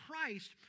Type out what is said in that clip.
Christ